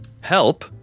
help